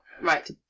Right